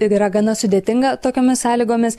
yra gana sudėtinga tokiomis sąlygomis